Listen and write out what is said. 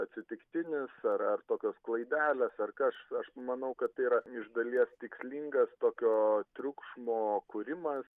atsitiktinis ar ar tokios klaidelės ar kaš aš manau kad tai yra iš dalies tikslingas tokio triukšmo kūrimas